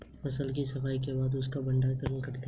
फसल की सफाई के बाद उसका भण्डारण करते हैं